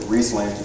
Recently